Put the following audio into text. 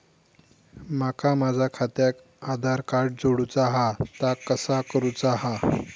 माका माझा खात्याक आधार कार्ड जोडूचा हा ता कसा करुचा हा?